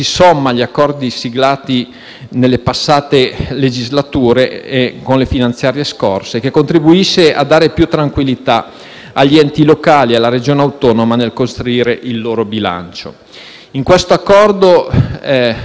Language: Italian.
In questo accordo la parte sicuramente più importante è la chiusura dei contenziosi in essere, anche se spesso le cifre contenute e il ritorno economico per la Valle d'Aosta appaiono al ribasso e sotto le aspettative.